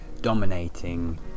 dominating